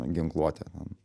ginkluotę ten